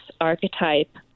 archetype